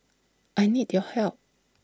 I need your help